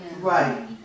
Right